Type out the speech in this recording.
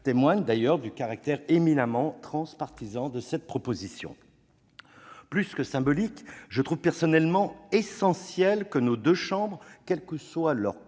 témoignent du caractère éminemment transpartisan de cette proposition de loi. Je trouve personnellement essentiel que nos deux chambres, quelle que soit leur coloration